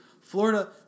Florida